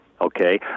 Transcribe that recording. okay